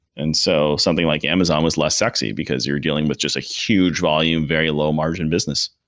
and so something like amazon was less sexy because you're dealing with just a huge volume, very low-margin business.